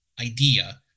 idea